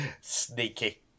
Sneaky